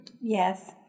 Yes